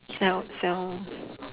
sell sell